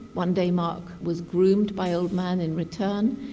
one day marc was groomed by old man in return,